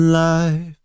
life